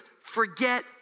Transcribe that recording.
forget